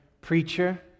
preacher